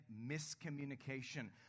miscommunication